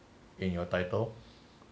in your title